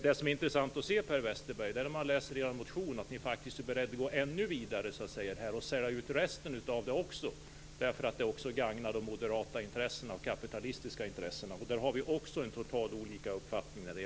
Det är intressant att i er motion läsa, Per Westerberg, att ni är beredda att gå ännu längre och även sälja ut resten, eftersom det gagnar de moderata och kapitalistiska intressena. Också därvidlag har vi totalt olika uppfattning.